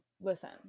Listen